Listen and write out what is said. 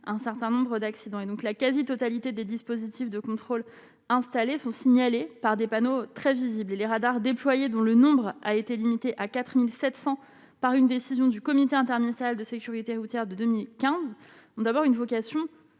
un certain nombre d'accidents et donc la quasi-totalité des dispositifs de contrôle installés sont signalées par des panneaux très visible et les radars déployés dont le nombre a été limité à 4700 par une décision du comité interministériel de sécurité routière de 2015, d'abord une vocation